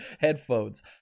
headphones